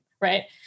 right